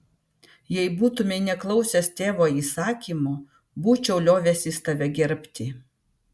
jei būtumei neklausęs tėvo įsakymo būčiau liovęsis tave gerbti